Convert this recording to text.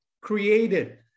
created